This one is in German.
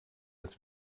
das